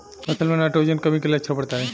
फसल में नाइट्रोजन कमी के लक्षण बताइ?